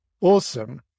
Awesome